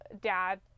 dad